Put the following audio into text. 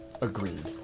Agreed